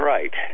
Right